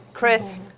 Chris